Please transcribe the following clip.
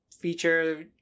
feature